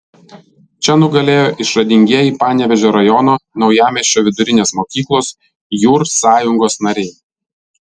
čia nugalėjo išradingieji panevėžio rajono naujamiesčio vidurinės mokyklos jūr sąjungos nariai